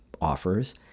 offers